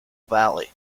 valley